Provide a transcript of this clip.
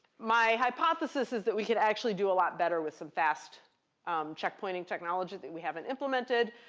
my hypothesis is that we could actually do a lot better with some fast checkpointing technology that we haven't implemented,